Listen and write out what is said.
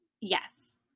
Yes